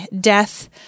death